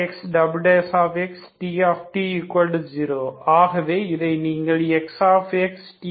ஆகவே இதை நீங்கள் Xx